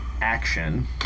action